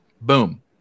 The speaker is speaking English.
Boom